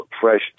fresh